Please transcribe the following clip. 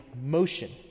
motion